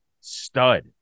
stud